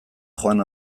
joan